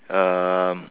um